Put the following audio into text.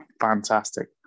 fantastic